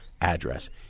address